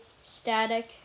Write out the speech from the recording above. Static